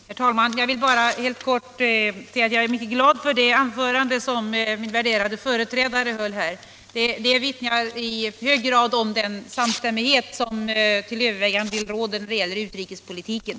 Herr talman! Jag vill bara helt kort säga att jag är mycket glad för det anförande som min värderade företrädare höll. Det vittnar i hög grad om den samstämmighet som till övervägande del råder när det gäller utrikespolitiken.